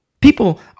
People